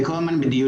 זה כל הזמן בדיונים,